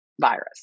virus